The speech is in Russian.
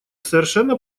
совершенно